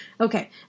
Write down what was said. Okay